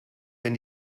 wenn